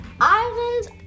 Islands